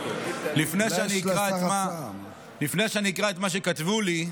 לפני שאני אקרא את מה שכתבו לי,